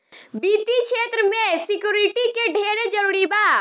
वित्तीय क्षेत्र में सिक्योरिटी के ढेरे जरूरी बा